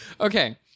Okay